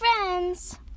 friends